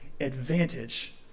advantage